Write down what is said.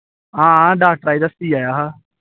हां डाक्टरै गी दस्सी आया हा